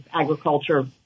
agriculture